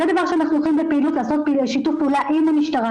זה דבר שאנחנו הולכים לעשות שיתוף פעולה עם המשטרה